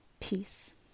Peace